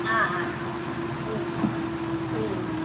आ हा